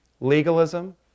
legalism